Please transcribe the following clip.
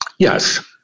Yes